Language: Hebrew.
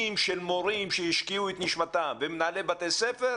של מורים ומנהלי בתי ספר שהשקיעו את נשמתם,